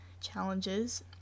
challenges